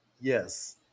Yes